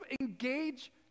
engage